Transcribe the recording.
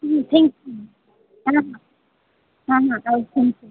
હમ્મ thank you હા હા હા થેન્કયુ